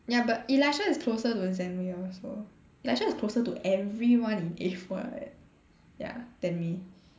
ya but Elisha is closer to Zen Wei also Elisha is closer to everyone in A four eh ya than me